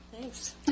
Thanks